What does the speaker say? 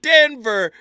Denver